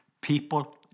people